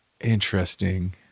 Interesting